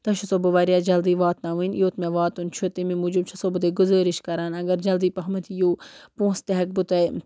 تۄہہِ چھَسو بہٕ واریاہ جلدی واتناوٕنۍ یوٚت مےٚ واتُن چھُ تٔمی موجوٗب چھَسو بہٕ تۄہہِ گُزٲرِش کران اگر جلدی پہمتھ یِیِو پونٛسہٕ تہِ ہٮ۪کہٕ بہٕ تۄہہِ